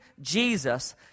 Jesus